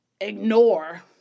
ignore